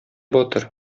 батыр